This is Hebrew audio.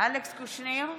אלכס קושניר,